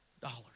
dollars